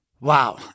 Wow